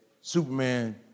Superman